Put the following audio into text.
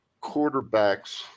quarterbacks